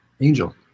Angel